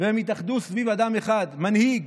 והם יתאחדו סביב אדם אחד, מנהיג.